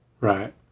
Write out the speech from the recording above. right